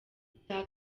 icya